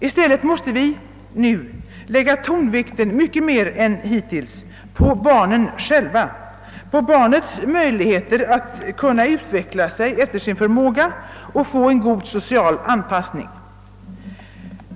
I stället måste vi nu mycket mer än hittills lägga tonvikten på barnen själva, på barnets möjligheter att utveckla sig efter sina förutsättningar och få en god social anpassning.